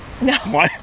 no